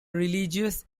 religious